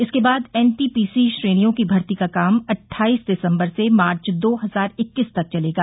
इसके बाद एनटीपीसी श्रेणियों की भर्ती का काम अट्ठाइस दिसम्बर से मार्च दो हजार इक्कीस तक चलेगा